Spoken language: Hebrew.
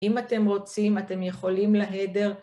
אם אתם רוצים, אתם יכולים להדר.